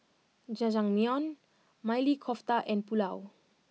Jajangmyeon Maili Kofta and Pulao